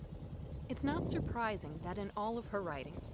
it's not surprising that in all of her writing,